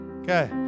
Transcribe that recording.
Okay